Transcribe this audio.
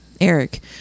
eric